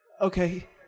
Okay